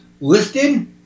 listed